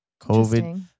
COVID